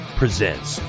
presents